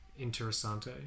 Interessante